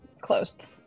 closed